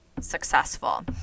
successful